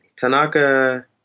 Tanaka